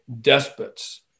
despots